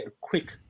quick